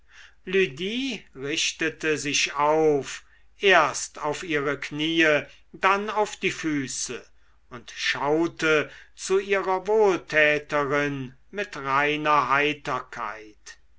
richtete sich auf erst auf ihre kniee dann auf die füße und schaute zu ihrer wohltäterin mit reiner heiterkeit